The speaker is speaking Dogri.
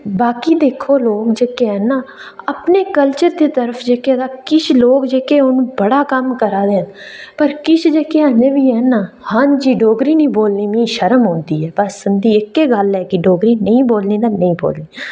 बाकी दिक्खो लोग जेहके हैन ना अपने कल्चर बी हेन ना जी डोगरी नेईं बोलनी मिगी शर्म औंदी ऐ बस तुं'दी इक्कै गल्ल ऐ कि डोगरी नेई बोलनी ते नेईं बोलनी